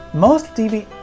most dv,